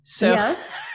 yes